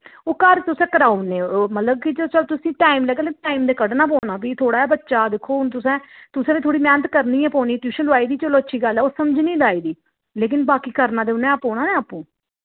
ओह् घर तुसें कराई ओड़ने ओह् मतलब कि जिसलै तुसें टाइम लग्गा लेकिन टाइम ते कड्डने पौना फ्ही थुआढ़ा गै बच्चा दिक्खो हून तुसें तुसें बी थोह्ड़ी मेह्नत करनी गै पौनी ट्यूशन लोआए दी चलो अच्छी गल्ल ऐ ओह् समझने लाए दी लेकिन बाकी करने उ'न्नै गै पौना निं आपूं